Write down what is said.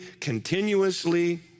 continuously